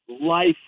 life